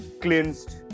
cleansed